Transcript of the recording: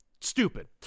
stupid